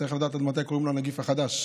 צריך לדעת עד מתי קוראים לו "הנגיף החדש",